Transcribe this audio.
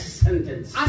sentence